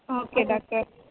ah okay doctor